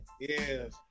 Yes